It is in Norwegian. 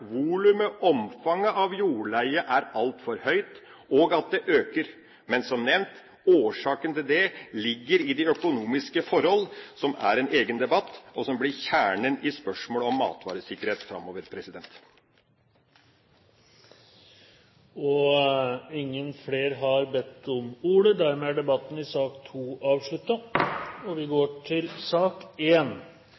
volumet, omfanget, av jordleie er altfor høyt, og at det øker. Men, som nevnt, årsaken til det ligger i de økonomiske forhold, som er en egen debatt, og som blir kjernen i spørsmålet om matvaresikkerhet framover. Flere har ikke bedt om ordet til sak nr. 2. Vi går da til sak